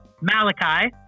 Malachi